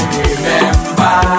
remember